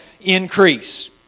increase